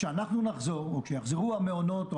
כשנחזור או כשיחזרו המעונות,